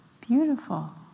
beautiful